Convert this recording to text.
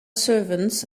servants